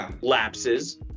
lapses